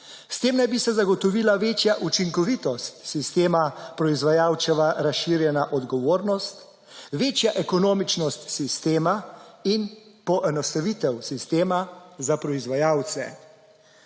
S tem naj bi se zagotovila večja učinkovitost sistema, proizvajalčeva razširjena odgovornost, večja ekonomičnost sistema in poenostavitev sistema za proizvajalce.